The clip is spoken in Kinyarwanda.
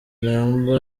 number